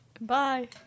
Bye